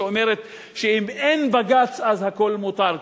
שאומרת שאם אין בג"ץ אז הכול מותר,